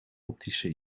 optische